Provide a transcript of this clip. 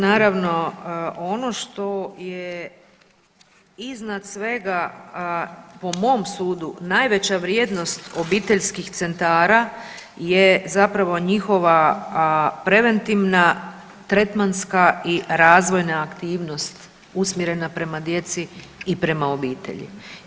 Naravno ono što je iznad svega po mom sudu najveća vrijednost obiteljskih centara je zapravo njihova preventivna tretmanska i razvojna aktivnost usmjerena prema djeci i prema obitelji.